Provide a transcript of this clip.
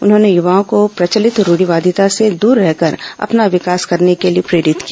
उन्होंने युवाओं को प्रचलित रूढ़िवादिता से दूर रहकर अपना विकास करने के लिए प्रेरित किया